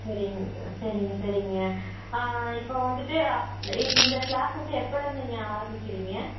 சரிங்க சரிங்க சரிங்க இப்போது வந்துட்டு இந்த கிளாஸ் வந்துட்டு எப்போலேருந்துங்க ஆரமிக்கிறிங்க